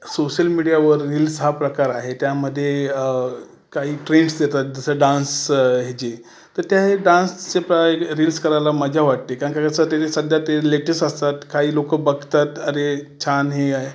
social मीडियावर reels हा प्रकार आहे त्यामध्ये काही ट्रेंड्स येतात जसं डान्स हेचि तर त्या डान्सचे प्र एक रील्स करायला मज्जा वाटते कारण का कसं ते सध्या ते लेटेस असतात काही लोकं बघतात अरे छान हे आहे